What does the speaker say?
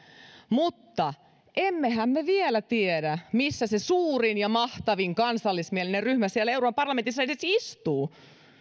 mutta emmehän me vielä tiedä missä se suurin ja mahtavin kansallismielinen ryhmä siellä euroopan parlamentissa edes istuu